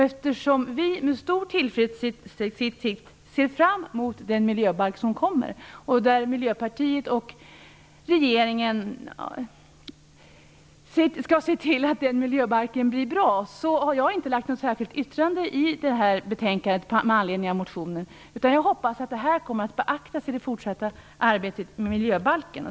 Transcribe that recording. Eftersom vi med stor tillförsikt ser fram mot den miljöbalk som kommer och som Miljöpartiet och regeringen skall se till att den blir bra, har jag inte lagt något särskilt yttrande i det här betänkandet med anledning av motionen, utan jag hoppas att det som står i vår motion kommer att beaktas i det fortsatta arbetet med miljöbalken.